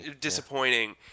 Disappointing